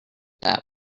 that